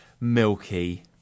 milky